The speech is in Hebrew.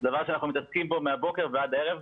דבר שאנחנו מתעסקים בו מהבוקר ועד הערב.